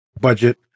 budget